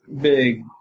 big